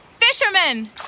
Fisherman